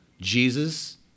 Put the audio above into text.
Jesus